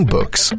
Books